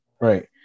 Right